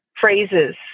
phrases